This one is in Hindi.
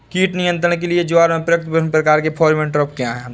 कीट नियंत्रण के लिए ज्वार में प्रयुक्त विभिन्न प्रकार के फेरोमोन ट्रैप क्या है?